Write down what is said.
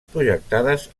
projectades